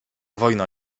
wojna